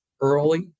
early